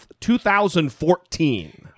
2014